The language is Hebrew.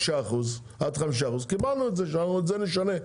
בעד 5% קיבלנו את זה ואת זה נשנה.